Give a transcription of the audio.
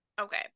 okay